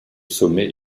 sommet